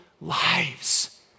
lives